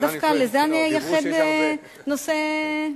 דווקא לזה אני אייחד נושא נפרד.